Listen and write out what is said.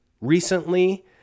recently